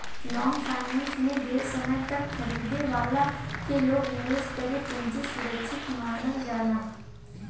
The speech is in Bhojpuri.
लॉन्ग फाइनेंस में ढेर समय तक खरीदे वाला के लगे निवेशक के पूंजी सुरक्षित मानल जाला